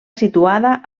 situada